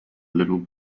little